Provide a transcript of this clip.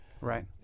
Right